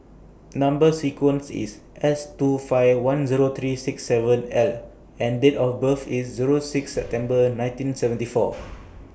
Number sequence IS S two five one Zero three six seven L and Date of birth IS Zero six September nineteen seventy four